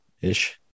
ish